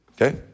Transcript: Okay